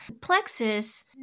Plexus